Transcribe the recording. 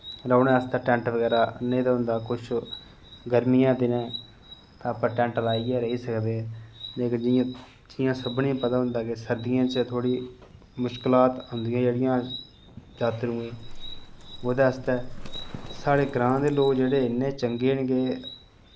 रौह्ने आस्तै टैंट बगैरा आह्नने दे होंदा किश गर्मिये दिनैं अस टैंट लाइयै रेही सकदे लेकिन जि'यां जि'यां सभनें पता होंदा कि सर्दियें थोह्ड़ी मुश्कलां औंदियां जेह्ड़ियां जात्रुएं ओह्दे आस्तै साढ़े ग्रां दे लोक जेह्ड़े इन्ने चंगे न के